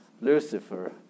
Lucifer